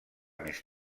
més